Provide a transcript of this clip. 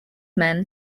men